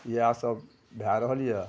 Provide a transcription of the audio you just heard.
इएहसब भए रहल यऽ